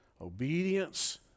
Obedience